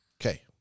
Okay